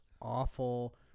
awful